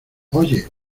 oye